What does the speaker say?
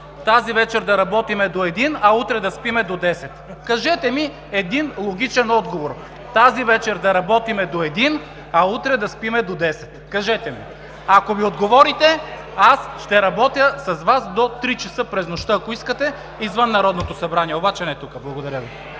тази вечер да работим до 1,00 ч., а утре да спим до 10,00 ч.? Кажете ми един логичен отговор – тази вечер да работим до 1,00 ч., а утре да спим до 10,00 ч.! Кажете ми! Ако ми отговорите, аз ще работя с Вас до 3,00 ч. през нощта, ако искате, извън Народното събрание обаче, не тук. Благодаря Ви.